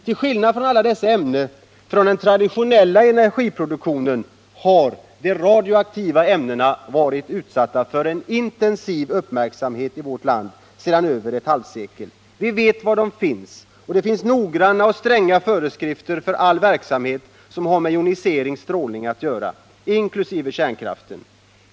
Till skillnad från alla dessa ämnen från den traditionella energiproduktionen har de radioaktiva ämnena varit utsatta för en intensiv uppmärksamhet i vårt land sedan över ett halvsekel. Vi vet var de finns, och det finns noggranna och stränga föreskrifter för all verksamhet som har med joniserande strålning att göra, inkl. kärnkraften.